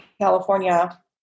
California